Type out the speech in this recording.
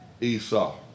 Esau